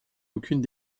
aucune